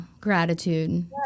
gratitude